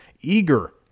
eager